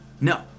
No